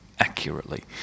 accurately